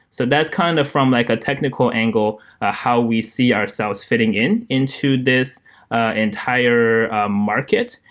so that's kind of from like a technical angle ah how we see ourselves fitting in into this ah entire ah market.